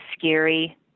scary